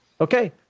Okay